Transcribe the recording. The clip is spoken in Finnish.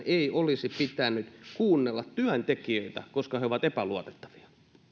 ei olisi pitänyt kuunnella työntekijöitä koska nämä ovat epäluotettavia